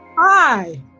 Hi